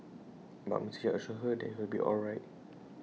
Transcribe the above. but Mister yap assures her that he'll be all right